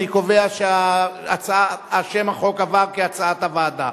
אני קובע ששם החוק עבר כהצעת הוועדה.